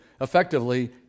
effectively